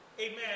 Amen